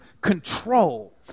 control